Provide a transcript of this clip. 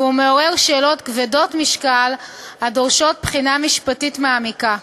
והוא מעורר שאלות כבדות משקל הדורשות בחינה משפטית מעמיקה.